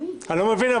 אני לא מבין.